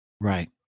right